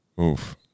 Oof